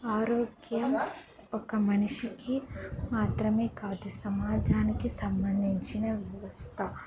ఆరోగ్యం ఒక మనిషికి మాత్రమే కాదు సమాజానికి సంబంధించిన వ్యవస్థ